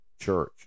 church